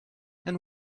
and